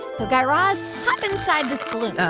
so guy raz, hop inside this balloon.